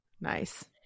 Nice